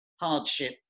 hardship